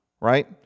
right